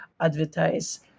advertise